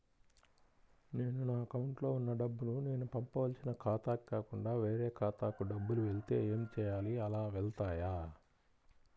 నేను నా అకౌంట్లో వున్న డబ్బులు నేను పంపవలసిన ఖాతాకి కాకుండా వేరే ఖాతాకు డబ్బులు వెళ్తే ఏంచేయాలి? అలా వెళ్తాయా?